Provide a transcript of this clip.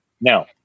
Now